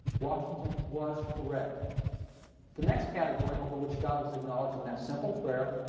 washington was correct the next category over which god was acknowledged in that simple prayer,